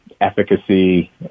efficacy